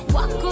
Walk